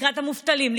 לקראת המובטלים,